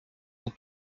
nous